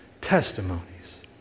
Testimonies